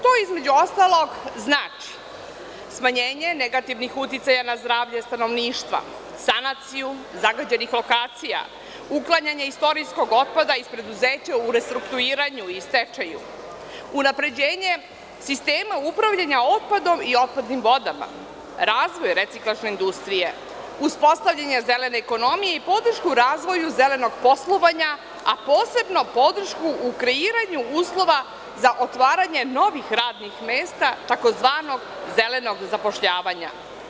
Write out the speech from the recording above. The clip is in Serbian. To između ostalog znači smanjenje negativnih uticaja na zdravlje stanovništva, sanaciju zagađenih lokacija, uklanjanje istorijskog otpada iz preduzeća u restrukturiranju i stečaju, unapređenje sistema upravljanja otpadom i otpadnim vodama, razvoj reciklažne industrije, uspostavljanje zelene ekonomije i podršku razvoju zelenog poslovanja, a posebno podršku u kreiranju uslova za otvaranjem novih radnih mesta, tzv. zelenog zapošljavanja.